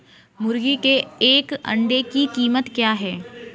मुर्गी के एक अंडे की कीमत क्या है?